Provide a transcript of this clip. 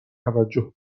توجه